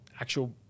actual